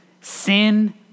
Sin